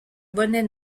bonnet